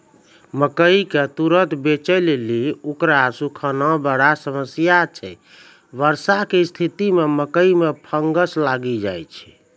मकई के तुरन्त बेचे लेली उकरा सुखाना बड़ा समस्या छैय वर्षा के स्तिथि मे मकई मे फंगस लागि जाय छैय?